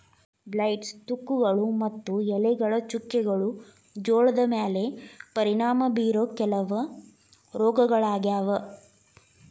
blights, ತುಕ್ಕುಗಳು ಮತ್ತು ಎಲೆಗಳ ಚುಕ್ಕೆಗಳು ಜೋಳದ ಮ್ಯಾಲೆ ಪರಿಣಾಮ ಬೇರೋ ಕೆಲವ ರೋಗಗಳಾಗ್ಯಾವ